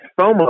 FOMO